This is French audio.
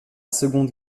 seconde